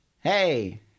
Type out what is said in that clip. Hey